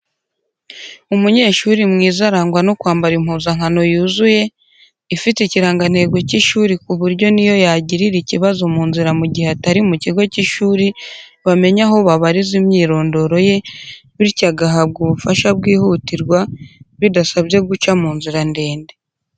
Umunyeshuri mwiza arangwa no kwambara impuzankano yuzuye, ifite ikirangantego cy'ishuri ku buryo n'iyo yagirira ikibazo mu nzira mu gihe atari mu kigo cy'ishuri bamenya aho babariza imyirondoro ye bityo agahabwa ubufashwa bwihutirwa bidasabye guca mu nzira ndende.